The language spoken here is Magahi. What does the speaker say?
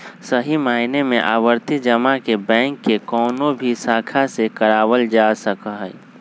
सही मायने में आवर्ती जमा के बैंक के कौनो भी शाखा से करावल जा सका हई